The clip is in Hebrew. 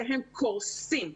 הם קורסים.